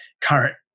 current